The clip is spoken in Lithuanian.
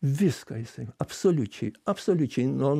viską jisai absoliučiai absoliučiai nuo